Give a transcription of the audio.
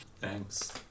Thanks